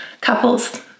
Couples